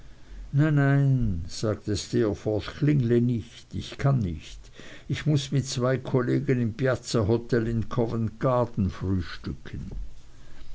nein sagte steerforth klingle nicht ich kann nicht ich muß mit zwei kollegen im piazza hotel in covent garden frühstücken